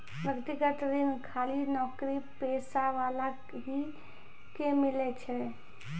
व्यक्तिगत ऋण खाली नौकरीपेशा वाला ही के मिलै छै?